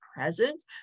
present